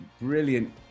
brilliant